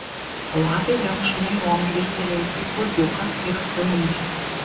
lapė vėl šnairom žvilgtelėjo į kurdiuką ir apsilaižė